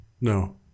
No